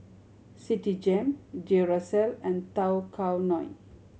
Citigem Duracell and Tao Kae Noi